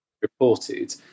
reported